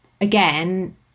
Again